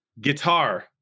guitar